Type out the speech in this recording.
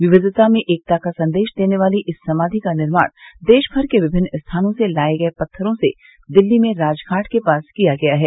विविता में एकता का संदेश देने वाली इस समाधि का निर्माण देशभर के विभिन्न स्थानों से लाए गए पत्थरों से दिल्ली में राजघाट के पास किया गया है